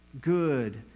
good